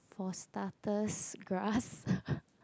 prostrated gland